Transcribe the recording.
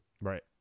Right